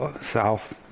South